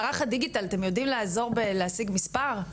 מערך הדיגיטל, אתם יודעים לעזור בלהשיג מספר?